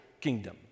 kingdom